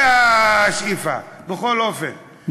זה השאיפה, בכל אופן.